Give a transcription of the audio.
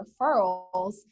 referrals